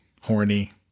horny